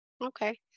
Okay